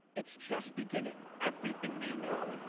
it's just beginning. everything we know,